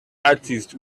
artist